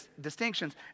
distinctions